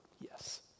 Yes